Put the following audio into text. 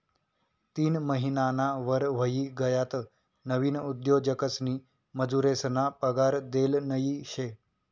तीन महिनाना वर व्हयी गयात नवीन उद्योजकसनी मजुरेसना पगार देल नयी शे